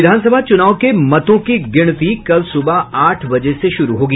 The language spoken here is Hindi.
विधानसभा चुनाव के मतों की गिनती कल सुबह आठ बजे से शुरू होगी